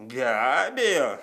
be abejo